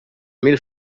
mil